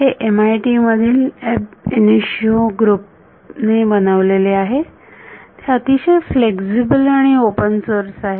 हे MIT मधील ab initio group ने बनवलेले आहे ते अतिशय फ्लेक्सिबल आणि ओपन सोर्स आहे